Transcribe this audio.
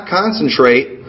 concentrate